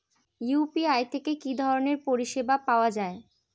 UPI থেকে কি ধরণের পরিষেবা পাওয়া য়ায়?